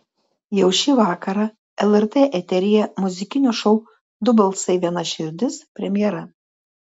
jau šį vakarą lrt eteryje muzikinio šou du balsai viena širdis premjera